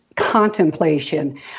contemplation